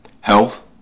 health